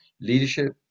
leadership